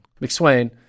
McSwain